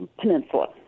peninsula